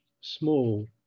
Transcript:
small